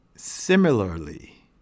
Similarly